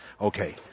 Okay